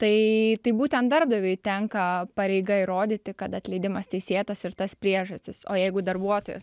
tai tai būtent darbdaviui tenka pareiga įrodyti kad atleidimas teisėtas ir tas priežastis o jeigu darbuotojas